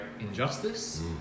Injustice